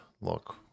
look